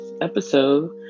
episode